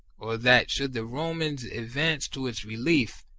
or that, should the romans advance to its relief,